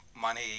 Money